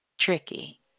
tricky